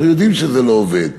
אנחנו יודעים שזה לא עובד.